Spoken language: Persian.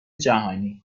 جهانی